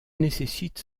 nécessite